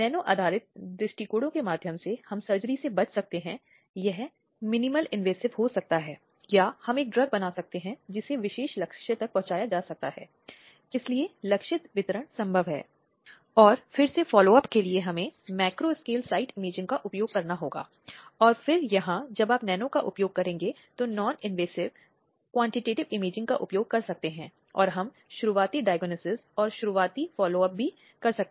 वह अपने अस्पताल की एक नर्स थी और उसके साथ उस अस्पताल के एक कर्मचारी ने बलात्कार किया था और यह इस तरह के क्रूर या अमानवीय तरीके से किया गया था विशेष रूप से इसलिए क्योंकि उसके गले में एक कुत्ते की चेन डालकर जिससे उसे स्थायी रूप से नुकसान उठाना पड़ा और अगले 37 वर्षों में वह शिथिल अवस्था में रही